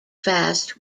fast